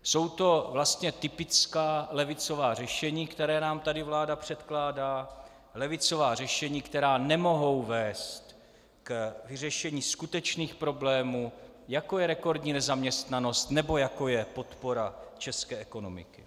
Jsou to vlastně typická levicová řešení, která nám tady vláda předkládá, levicová řešení, která nemohou vést k vyřešení skutečných problémů, jako je rekordní nezaměstnanost nebo jako je podpora české ekonomiky.